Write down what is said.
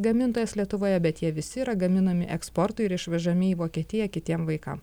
gamintojas lietuvoje bet jie visi yra gaminami eksportui ir išvežami į vokietiją kitiem vaikam